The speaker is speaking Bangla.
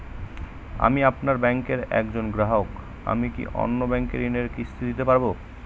আমি আপনার ব্যাঙ্কের একজন গ্রাহক আমি কি অন্য ব্যাঙ্কে ঋণের কিস্তি দিতে পারবো?